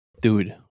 Dude